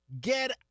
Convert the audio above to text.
get